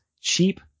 cheap